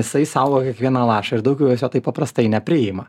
jisai saugo kiekvieną lašą ir daug jo juose taip paprastai nepriima